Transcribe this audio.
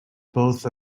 both